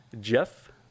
Jeff